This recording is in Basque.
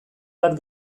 bat